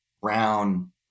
Brown